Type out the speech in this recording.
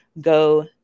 go